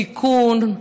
תיקון,